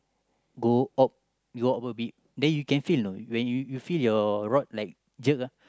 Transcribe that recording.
go opt go up a bit then you can feel know when you you feel your rod like jerk ah